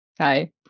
Hi